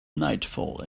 nightfall